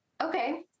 okay